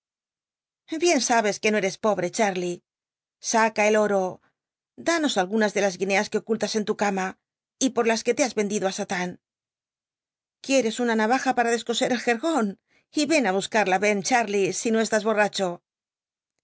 bien sabes que no eres pobre charley saca el oro danos algunas de las guineas que ocultas en tu cama y por las que te has vendido á satan quieres una navaja para descoser el jergon ven ti buscarla ven charley si no esuis borracho